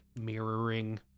mirroring